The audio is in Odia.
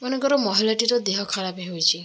ମନେକର ମହିଳାଟିର ଦେହ ଖରାପ ହେଉଛି